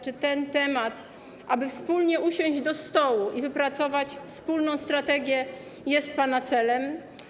Czy ten temat, aby wspólnie usiąść do stołu i wypracować wspólną strategię, jest pana celem?